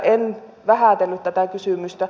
en vähätellyt tätä kysymystä